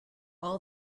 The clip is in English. all